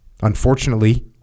Unfortunately